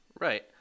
Right